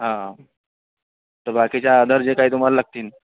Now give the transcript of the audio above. हां बाकीच्या अदर जे काही तुम्हाला लागतील